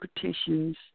petitions